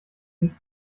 nicht